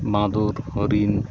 বাঁদর হরণ